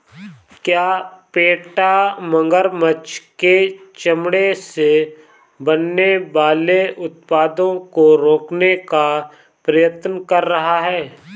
क्या पेटा मगरमच्छ के चमड़े से बनने वाले उत्पादों को रोकने का प्रयत्न कर रहा है?